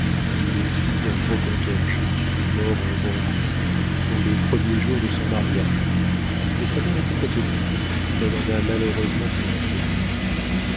il est fils d'un brocanteur juif mort en banqueroute dans les premiers jours de son mariage mais sa mère était catholique elle en a malheureusement fait un chrétien